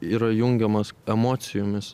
yra įjungiamas emocijomis